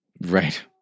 Right